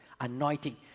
anointing